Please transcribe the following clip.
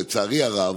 לצערי הרב,